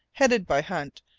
headed by hunt,